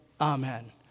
Amen